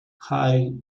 height